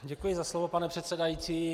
Děkuji za slovo, pane předsedající.